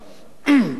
וההכבדה,